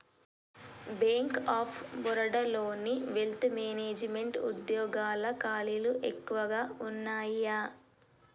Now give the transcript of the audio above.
bank of బరోడాలోని wealth management వుద్యోగాల ఖాళీలు ఎక్కువగా వున్నయ్యి